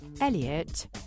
Elliot